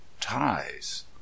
Ties